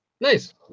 Nice